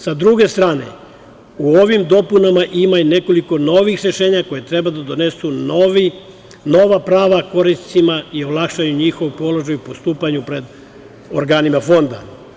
Sa druge strane, u ovim dopunama ima i nekoliko novih rešenja koje treba da donesu nova prava korisnicima i olakšaju njihov položaj u postupanju pred organima Fonda.